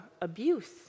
abuse